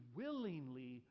willingly